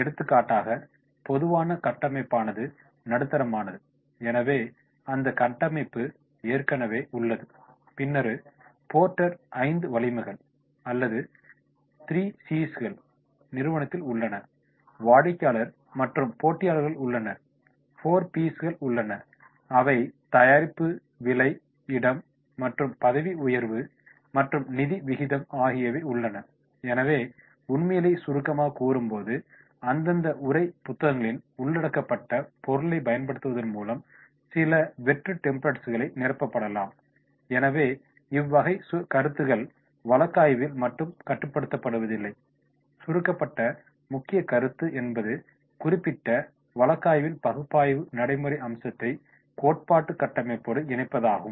எடுத்துக்காட்டாக பொதுவான கட்டமைப்பானது நடுத்தரமானது எனவே அந்த கட்டமைப்பு ஏற்கனவே உள்ளது பின்னர் போர்ட்டரின் 5 வலிமைகள் அல்லது 3 சிஸ்கள் நிறுவனத்தில் உள்ளன வாடிக்கையாளர் மற்றும் போட்டியாளர்கள் உள்ளனர் 4பிஸ்கள் உள்ளன அவை தயாரிப்பு விலை இடம் மற்றும் பதவி உயர்வு மற்றும் நிதி விகிதம் ஆகியவை உள்ளன எனவே உண்மைகளைச் சுருக்கமாகக் கூறும்போது அந்தந்த உரை புத்தகங்களில் உள்ளடக்கப்பட்ட பொருளைப் பயன்படுத்துவதன் மூலம் சில வெற்று டெம்ப்ளட்ஸ்கள் நிரப்பப்படலாம் எனவே இவ்வகை கருத்துகள் வழக்காய்வில் மட்டும் கட்டுப்படுத்தப்படுவதில்லை சுருக்கப்பட்ட முக்கிய கருத்து என்பது குறிப்பிட்ட வழக்காய்வின் பகுப்பாய்வு நடைமுறை அம்சத்தை கோட்பாட்டு கட்டமைப்போடு இணைப்பதாகும்